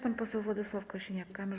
Pan poseł Władysław Kosiniak-Kamysz.